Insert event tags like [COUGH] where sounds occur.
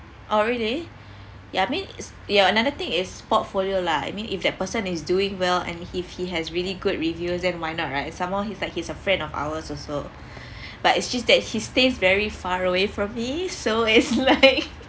oh really ya I mean it's ya another thing is portfolio lah I mean if that person is doing well and if he has really good reviews then why not right some more he's like he's a friend of ours also [BREATH] but it's just that he stays very far away from me so it's like [LAUGHS]